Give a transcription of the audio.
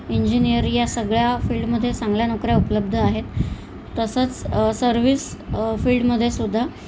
engineer या सगळ्या फील्डमध्ये चांगल्या नोकऱ्या उपलब्ध आहेत तसंच सर्विस फील्डमध्ये सुुद्धा